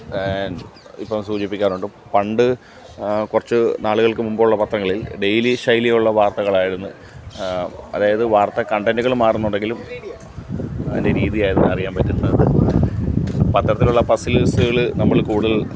ഇപ്പം സൂചിപ്പിക്കാറുണ്ട് പണ്ട് കുറച്ച് നാളുകൾക്ക് മുമ്പുള്ള പത്രങ്ങളിൽ ഡെയിലി ശൈലിയുള്ള വാർത്തകളായിരുന്നു അതായത് വാർത്ത കണ്ടൻറുകൾ മാറുന്നുണ്ടെങ്കിലും അതിൻ്റെ രീതി ആയിരുന്നു അറിയാൻ പറ്റുന്നത് പത്രത്തിലുള്ള പസ്സിൽസുകൾ നമ്മൾ കൂടുതൽ